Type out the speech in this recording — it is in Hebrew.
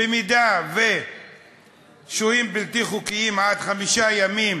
במידה ושוהים בלתי חוקיים עד חמישה ימים